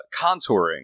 contouring